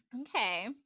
okay